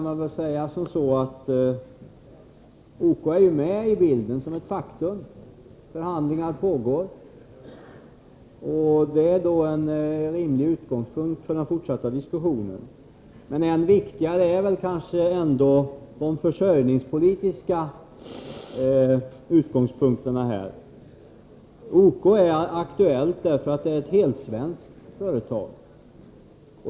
Men OK är med i bilden som ett faktum. Förhandlingar pågår, och det är då en rimlig utgångspunkt för den fortsatta diskussionen. Än viktigare är väl kanske ändå de försörjningspolitiska utgångspunkterna här. OK är aktuellt därför att det är ett helsvenskt företag.